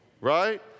right